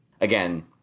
again